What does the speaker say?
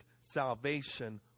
salvation